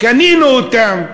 קנינו אותן.